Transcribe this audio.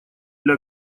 для